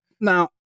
now